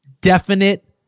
definite